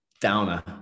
downer